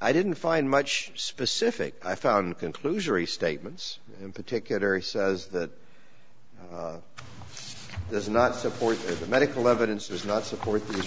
i didn't find much specific i found conclusionary statements in particular he says that there's not support for the medical evidence does not support these